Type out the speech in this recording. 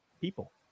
people